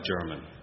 German